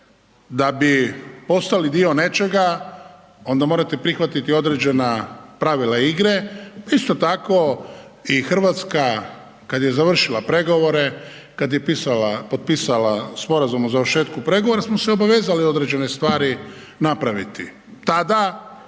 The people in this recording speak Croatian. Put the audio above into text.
da bi postali dio nečega onda morate prihvatiti određena pravila igre. Isto tako i Hrvatska kad je završila pregovore, kad je potpisala sporazum o završetku pregovora smo se obavezali određene stvari napraviti. Tada